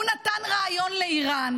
הוא נתן רעיון לאיראן.